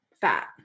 fat